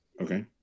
Okay